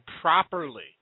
properly